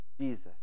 Jesus